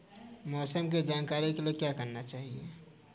मौसम की जानकारी के लिए क्या करना चाहिए?